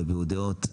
יביעו דעות,